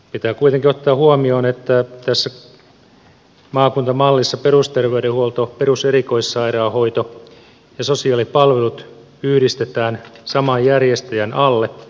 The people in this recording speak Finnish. pitää kuitenkin ottaa huomioon että tässä maakuntamallissa perusterveydenhuolto peruserikoissairaanhoito ja sosiaalipalvelut yhdistetään saman järjestäjän alle